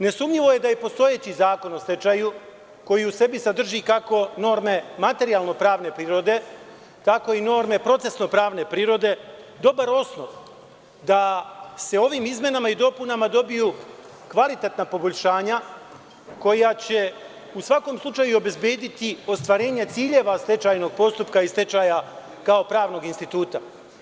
Nesumnjivo je da je postojeći Zakon o stečaju, koji u sebi sadrži kako norme materijalno-pravne prirode, tako i norme procesno-pravne prirode, dobar osnov da se ovim izmenama i dopunama dobiju kvalitetna poboljšanja, koja će u svakom slučaju obezbediti ostvarenje ciljeva stečajnog postupka i stečaja, kao pravnog instituta.